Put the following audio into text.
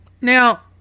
Now